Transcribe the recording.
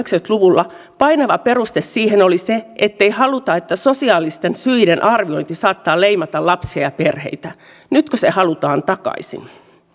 luvulla painava peruste siihen oli se ettei haluta että sosiaalisten syiden arviointi saattaa leimata lapsia ja perheitä nytkö se halutaan takaisin